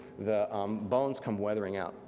the bones come weathering out,